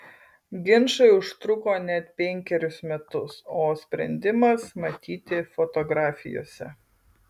ginčai užtruko net penkerius metus o sprendimas matyti fotografijose